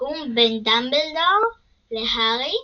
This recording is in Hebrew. סיכום בין דמבלדור להארי,